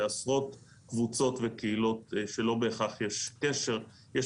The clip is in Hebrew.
אלו עשרות קבוצות וקהילות שלא בהכרח יש קשר ביניהן.